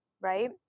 right